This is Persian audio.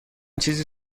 چیزی